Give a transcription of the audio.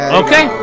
okay